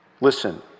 Listen